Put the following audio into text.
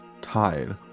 tied